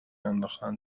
انداختن